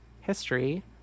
history